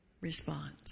response